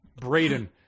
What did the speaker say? Braden